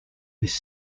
miss